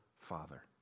Father